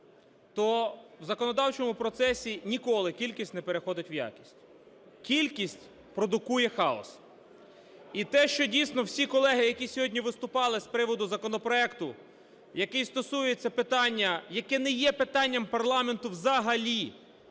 то у законодавчому процесі ніколи кількість не переходить в якість, кількість продукує хаос. І те, що, дійсно, всі колеги, які сьогодні виступали з приводу законопроекту, який стосується питання, яке не є питанням парламенту взагалі…